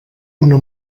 una